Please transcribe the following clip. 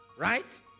Right